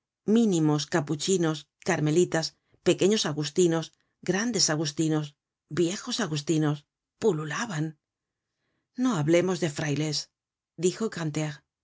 mínimos capuchinos carmelitas pequeños agustinos grandes agustinos viejos agustinos pululaban content from google book search generated at no hablemos de frailes dijo